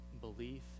belief